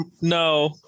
No